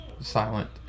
silent